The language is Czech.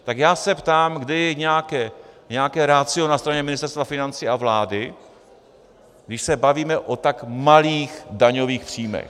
Tak já se ptám, kde je nějaké ratio na straně Ministerstva financí a vlády, když se bavíme o tak malých daňových příjmech.